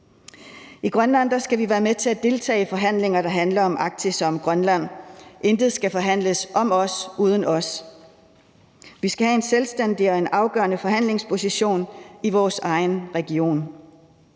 I Grønland skal vi være med til at deltage i forhandlinger, der handler om Arktis og om Grønland. Intet skal forhandles om os uden os. Vi skal have en selvstændig og afgørende forhandlingsposition i vores egen region.